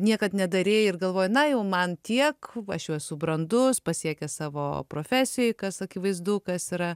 niekad nedarei ir galvoji na jau man tiek aš jau esu brandus pasiekęs savo profesijoj kas akivaizdu kas yra